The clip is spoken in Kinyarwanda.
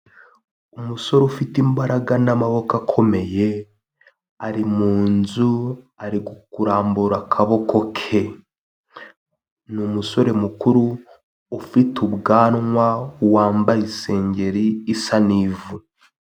Umusore ufite imbaraga n'amaboko akomeye ari mu nzu, ari kumbura akaboko ke. Ni umusore mukuru ufite ubwanwa, wambaye isengeri isa n'ivu.